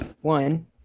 one